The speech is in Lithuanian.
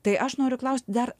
tai aš noriu klaust dar